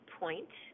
point